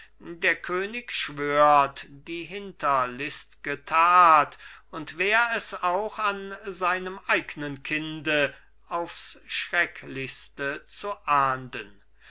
der könig schwört die hinterlistge tat und wär es auch an seinem eignen kinde aufs schrecklichste zu ahnden